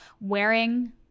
wearing